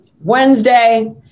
Wednesday